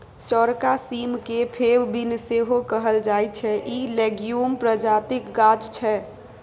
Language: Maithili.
चौरका सीम केँ फेब बीन सेहो कहल जाइ छै इ लेग्युम प्रजातिक गाछ छै